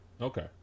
Okay